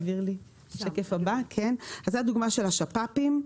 זו הדוגמה של השפ"פים.